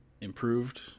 improved